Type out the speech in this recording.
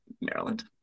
Maryland